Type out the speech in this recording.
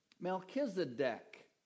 Melchizedek